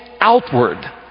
outward